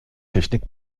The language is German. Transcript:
technik